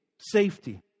safety